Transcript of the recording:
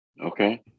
Okay